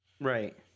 right